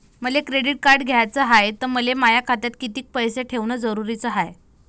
मले credit card घ्याचं हाय, त मले माया खात्यात कितीक पैसे ठेवणं जरुरीच हाय?